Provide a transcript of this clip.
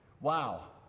Wow